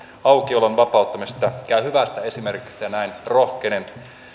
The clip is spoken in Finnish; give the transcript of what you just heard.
aukiolon vapauttamisesta käy hyvästä esimerkistä ja näin rohkenen